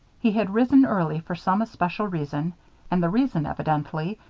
he had risen early for some especial reason and the reason, evidently,